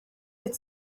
with